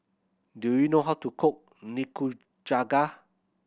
do you know how to cook Nikujaga